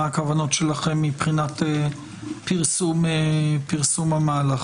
מה הכוונות שלכם מבחינת פרסום המהלך.